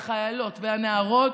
והחיילות והנערות,